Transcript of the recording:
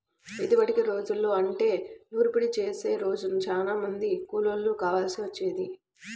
ఇదివరకటి రోజుల్లో అంటే నూర్పిడి చేసే రోజు చానా మంది కూలోళ్ళు కావాల్సి వచ్చేది